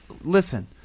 Listen